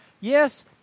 Yes